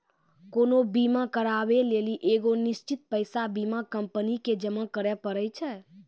कोनो बीमा कराबै लेली एगो निश्चित पैसा बीमा कंपनी के जमा करै पड़ै छै